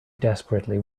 desperately